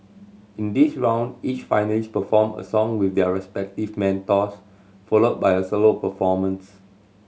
in this round each finalist perform a song with their respective mentors followed by a solo performance